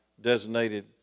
designated